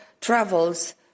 travels